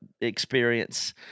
experience